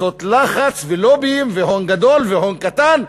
קבוצות לחץ, לוביים, הון גדול, הון קטן.